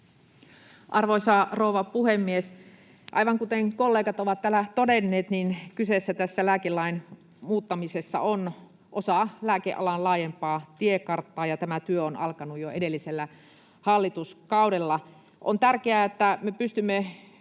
Arvoisa rouva puhemies! Aivan kuten kollegat ovat täällä todenneet, niin tämä lääkelain muuttaminen on osa lääkealan laajempaa tiekarttaa ja tämä työ on alkanut jo edellisellä hallituskaudella. On tärkeää, että me pystymme